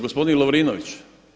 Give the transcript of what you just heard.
Gospodin Lovrinović.